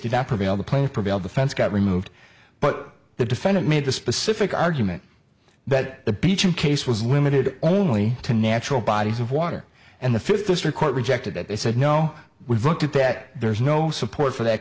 did not prevail the plaintiff prevailed the fence got removed but the defendant made the specific argument that the beecham case was limited only to natural bodies of water and the fifth district court rejected it they said no we've looked at that there's no support for that